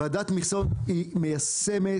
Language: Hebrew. ועדת המכסות היא מיישמת